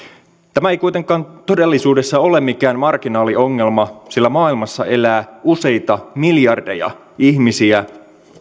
tämä ei kuitenkaan todellisuudessa ole mikään marginaaliongelma sillä maailmassa elää useita miljardeja ihmisiä